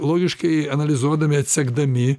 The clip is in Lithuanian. logiškai analizuodami atsekdami